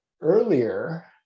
earlier